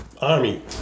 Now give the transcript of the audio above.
army